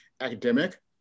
academic